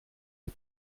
les